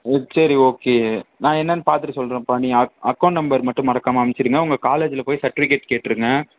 ஆ சரி ஓகே நான் என்னென்னு பார்த்துட்டு சொல்கிறேன்பா நீ அக்கௌண்ட் நம்பர் மட்டும் மறக்காமல் அமுச்சிவிடுங்க உங்கள் காலேஜில் போய் சர்ட்டிஃபிக்கேட் கேட்டுருங்க